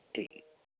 ਠੀਕ ਆ